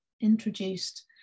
introduced